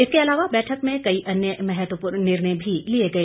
इसके अलावा बैठक में कई अन्य महत्वपूर्ण निर्णय भी लिए गए